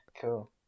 cool